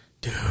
Dude